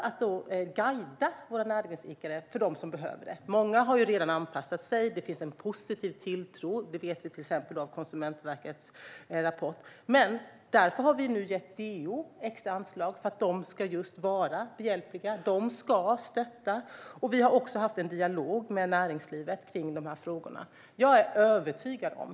Många näringsidkare har redan anpassat sig och har en positiv tilltro. Det vet vi till exempel av Konsumentverkets rapport. Men vi har nu gett DO extra anslag för att de ska vara behjälpliga och stötta. Vi har också haft en dialog med näringslivet kring de här frågorna.